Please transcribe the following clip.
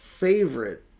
favorite